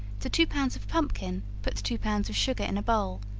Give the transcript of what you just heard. to two pounds of pumpkin, put two pounds of sugar in a bowl,